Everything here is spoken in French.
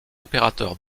opérateurs